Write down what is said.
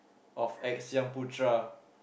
of X Xyung Putra